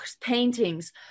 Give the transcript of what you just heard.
paintings